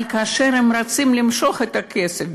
אבל כאשר הם רוצים למשוך את הכסף,